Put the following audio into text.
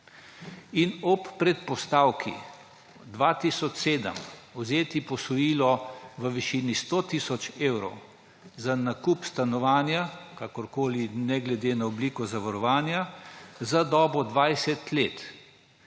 In ob predpostavki 2007 vzeti posojilo v višini 100 tisoč evrov za nakup stanovanja – kakorkoli, ne glede na obliko zavarovanja – za dobo 20 let